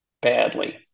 badly